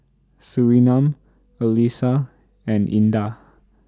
Surinam Alyssa and Indah